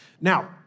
Now